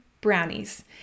brownies